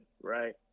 right